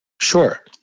Sure